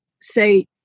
say